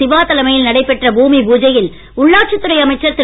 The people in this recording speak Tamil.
சிவா தலைமையில் நடைபெற்ற பூமி பூஜையில் உள்ளாட்சி துறை அமைச்சர் திரு